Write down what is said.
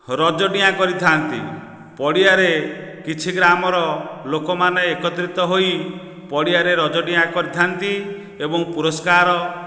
ରଜ ଡିଆଁ କରିଥାନ୍ତି ପଡ଼ିଆରେ କିଛି ଗାଁର ଲୋକମାନେ ଏକତ୍ରିତ ହୋଇ ପଡ଼ିଆରେ ରଜ ଡିଆଁ କରିଥାନ୍ତି ଏବଂ ପୁରସ୍କାର